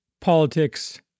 politics